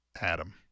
Adam